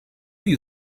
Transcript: you